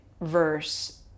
verse